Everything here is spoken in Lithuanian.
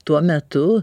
tuo metu